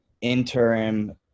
interim